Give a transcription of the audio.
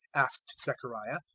asked zechariah,